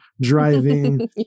driving